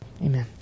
Amen